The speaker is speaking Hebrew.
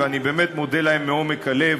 ואני באמת מודה להם מעומק הלב,